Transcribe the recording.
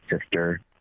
sister